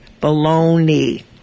Baloney